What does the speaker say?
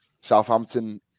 Southampton